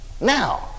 Now